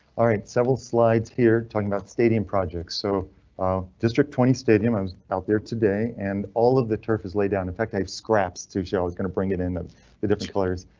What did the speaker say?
alright, several slides here talking bout stadium projects. so district twenty stadium i was out there today and all of the turf is laid down. in fact, i've scraps to show is going to bring it in the the different colors,